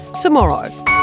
tomorrow